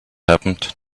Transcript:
happened